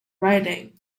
writing